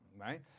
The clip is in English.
right